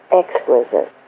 exquisite